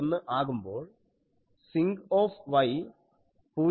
391 ആകുമ്പോൾ Sinc 0